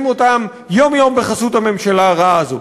אותם יום-יום בחסות הממשלה הרעה הזאת.